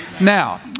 Now